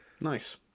Nice